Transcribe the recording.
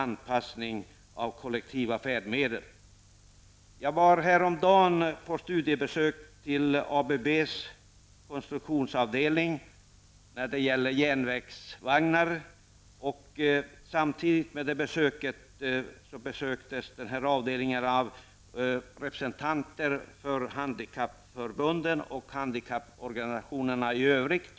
Jag var häromdagen på studiebesök på ABBs konstruktionsavdelning för järnvägsvagnar. Vid samma tidpunkt besöktes avdelningen av representanter för Handikappförbunden och handikapporganisationerna i övrigt.